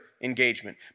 engagement